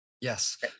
yes